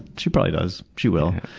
she probably does, she will.